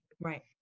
Right